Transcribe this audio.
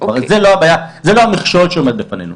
אבל זה לא המכשול שעומד בפנינו.